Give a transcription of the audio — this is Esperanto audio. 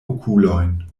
okulojn